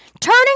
turning